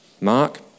Mark